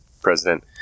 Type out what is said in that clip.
president